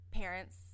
parents